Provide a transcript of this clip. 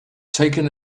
taking